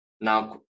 Now